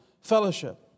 fellowship